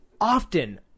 often